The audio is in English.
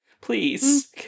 please